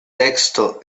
texto